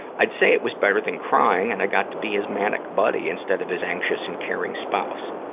i'd say it was better than crying, and i got to be his manic buddy instead of his anxious and caring spouse.